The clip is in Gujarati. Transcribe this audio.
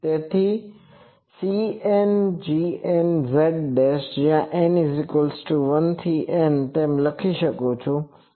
તેથી cngnz જ્યાં n1 થી N તેમ લખી શકું છુ